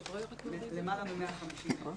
למעלה מ-150,000.